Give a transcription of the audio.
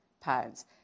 pounds